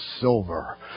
silver